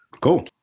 Cool